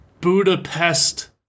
Budapest